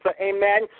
Amen